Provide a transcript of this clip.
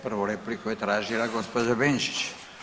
Prvu repliku je tražila gospođa Benčić.